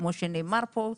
כמו שנאמר פה,